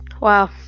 Wow